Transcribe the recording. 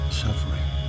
suffering